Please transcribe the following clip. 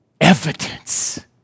evidence